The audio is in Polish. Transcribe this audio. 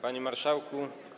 Panie Marszałku!